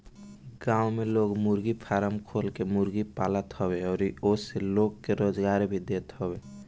गांव में लोग मुर्गी फारम खोल के मुर्गी पालत हवे अउरी ओसे लोग के रोजगार भी देत हवे